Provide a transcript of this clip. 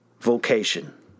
vocation